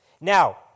Now